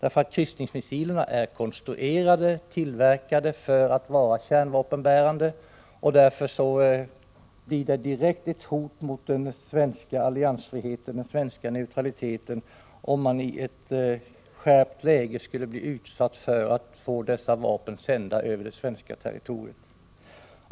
Kryssningsmissilerna är ju konstruerade och tillverkade för att vara kärnvapenbärande. Därför blir det direkt ett hot mot den svenska alliansfriheten och den svenska neutraliteten om i ett skärpt läge sådana vapen skulle sändas över det svenska territoriet.